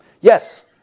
Yes